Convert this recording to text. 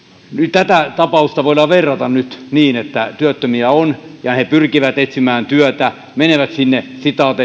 tätä tapausta voidaan verrata nyt siihen että työttömiä on ja he pyrkivät etsimään työtä menevät sinne